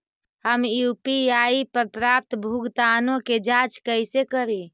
हम यु.पी.आई पर प्राप्त भुगतानों के जांच कैसे करी?